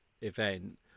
event